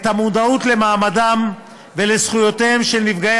את המודעות למעמדם ולזכויותיהם של נפגעי